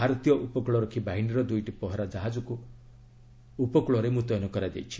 ଭାରତୀୟ ଉପକୂଳ ରକ୍ଷୀ ବାହିନୀର ଦୁଇଟି ପହରା ଜାହାଜକୁ ଉପକୂଳରେ ମୁତୟନ କରାଯାଇଛି